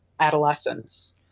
adolescence